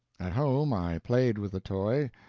at home i played with the toy,